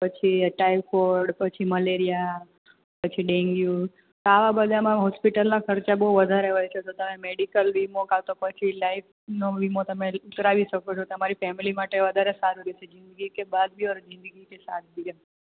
પછી ટાયફોઈડ પછી મલેરિયા પછી ડેન્ગ્યુ આવા બધામાં હોસ્પિટલના ખર્ચા બહુ વધારે હોય છે તો તમે મેડિકલ વીમો કાં તો પછી લાઈફનો વીમો તમે ઉતરાવી શકો છો તમારી ફેમિલી માટે વધારે સારું રહેશે જિંદગી કે બાદ ભી ઔર જિંદગી કે સાથ ભી એમ